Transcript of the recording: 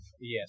Yes